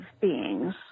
beings